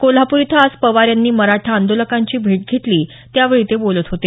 कोल्हापूर इथं आज पवार यांनी मराठा आंदोलकांची भेट घेतली त्यावेळी ते बोलत होते